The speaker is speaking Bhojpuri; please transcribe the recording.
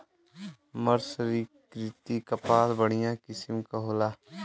मर्सरीकृत कपास बढ़िया किसिम क होला